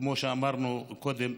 כמו שאמרנו קודם,